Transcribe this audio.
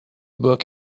book